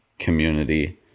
Community